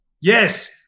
Yes